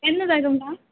केन्ना जाय आयकां